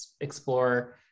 explore